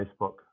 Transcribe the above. Facebook